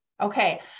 Okay